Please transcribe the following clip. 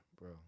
bro